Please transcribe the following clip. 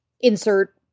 insert